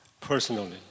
personally